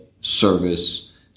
service